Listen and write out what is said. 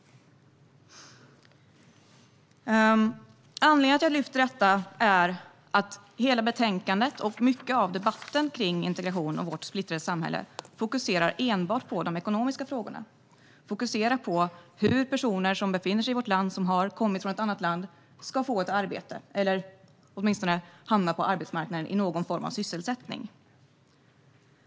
Anledningen till att jag lyfter detta är att hela betänkandet och mycket av debatten om integration och vårt splittrade samhälle enbart fokuserar på de ekonomiska frågorna: hur personer som har kommit från ett annat land och befinner sig i vårt land ska få ett arbete, eller åtminstone hamna på arbetsmarknaden i någon form av sysselsättning.